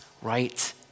right